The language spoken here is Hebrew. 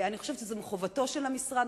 אני חושבת שזה מחובתו של המשרד,